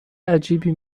عجیبی